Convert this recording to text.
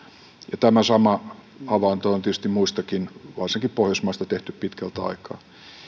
tämä sama havainto on tehty tietysti muistakin maista varsinkin pohjoismaista pitkältä aikaa